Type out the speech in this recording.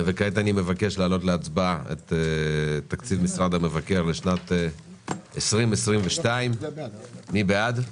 כעת אני מבקש להעלות להצבעה את תקציב משרד המבקר לשנת 2022. מי בעד,